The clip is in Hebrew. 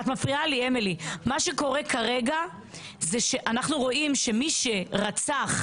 אנו רואים שמי שרצח,